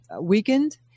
weakened